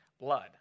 blood